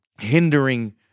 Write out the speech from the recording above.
hindering